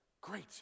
Great